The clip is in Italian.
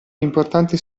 importante